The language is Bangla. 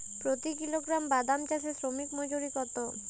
প্রতি কিলোগ্রাম বাদাম চাষে শ্রমিক মজুরি কত?